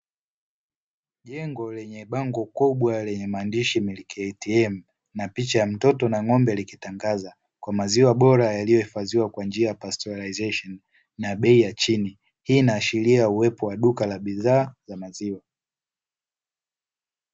Jengo lenye bango kubwa lenye maandishi ''Milk Atm'' na picha ya mtoto na ng'ombe likitangaza, kwa maziwa bora yaliyo ifadhiwa kwa njia ya pastoraizesheni na bei ya chini , hii inaashiria uwepo wa duka la bidhaa za maziwa.